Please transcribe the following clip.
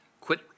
quit